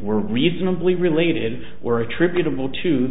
were reasonably related were attributable to the